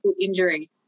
injury